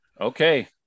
Okay